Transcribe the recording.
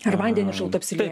ar vandeniu šaltu apsilieja